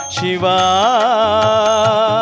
Shiva